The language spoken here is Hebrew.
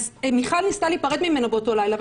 מיכל ניסתה להיפרד ממנו באותו לילה.